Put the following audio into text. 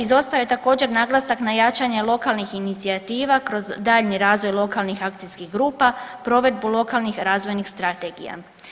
Izostao je također, naglasak na jačanje lokalnih inicijativa kroz daljnji razvoj lokalnih akcijskih grupa, provedbu lokalnih razvojnih strategija.